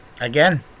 again